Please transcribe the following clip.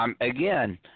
again